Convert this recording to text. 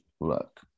look